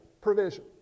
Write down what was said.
provision